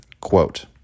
quote